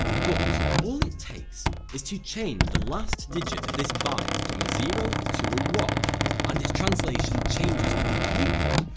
but all it takes is to change the last digit of this byte from a zero to a one and its translation changes completely,